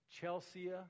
Chelsea